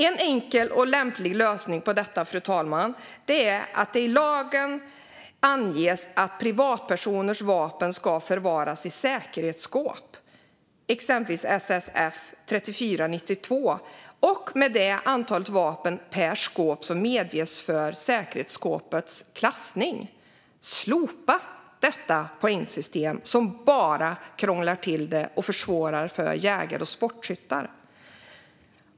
En enkel och lämplig lösning på detta är att det i lagen anges att privatpersoners vapen ska förvaras i säkerhetsskåp, exempelvis SSF 3492, med det antal vapen per skåp som medges för säkerhetsskåpets klassning. Slopa detta poängsystem, som bara krånglar till det och försvårar för jägare och sportskyttar!